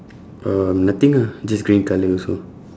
uh nothing ah just green colour also